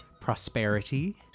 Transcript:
prosperity